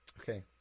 Okay